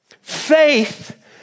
Faith